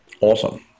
Awesome